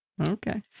Okay